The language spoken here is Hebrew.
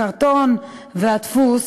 הקרטון והדפוס,